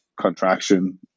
contraction